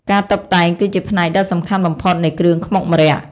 ការតុបតែងគឺជាផ្នែកដ៏សំខាន់បំផុតនៃគ្រឿងខ្មុកម្រ័ក្សណ៍។